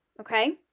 Okay